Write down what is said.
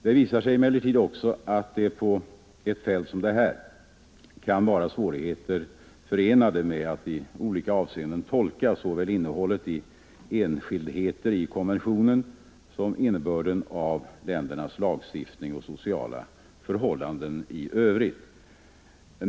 Det visar sig emellertid också att det på ett fält som detta kan vara svårigheter förenade med att i olika avseenden tolka såväl innehållet i enskildheter i konventionen som innebörden av ländernas lagstiftning och sociala förhållanden i övrigt.